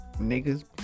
niggas